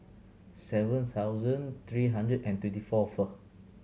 seven thousand three hundred and twenty fourth